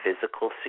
physical